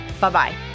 Bye-bye